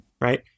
Right